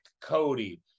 Cody